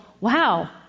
Wow